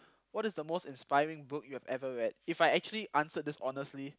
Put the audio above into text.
what is the most inspiring book you have ever read if I actually answered this honestly